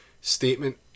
statement